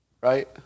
right